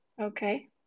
Okay